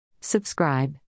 Subscribe